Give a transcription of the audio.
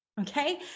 Okay